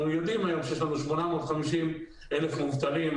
אנחנו יודעים שיש לנו 850 אלף מובטלים,